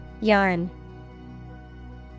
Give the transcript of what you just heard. Yarn